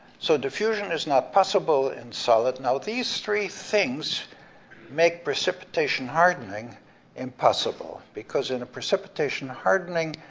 so diffusion is not possible in solid. now these three things make precipitation hardening impossible, because in a precipitation hardening,